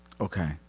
Okay